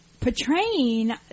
portraying